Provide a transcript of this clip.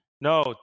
No